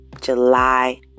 July